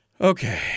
Okay